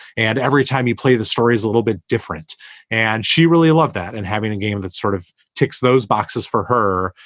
and every time you play the stories a little bit different and she really loved that and having a game that sort of ticks those boxes for her.